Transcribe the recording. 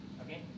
okay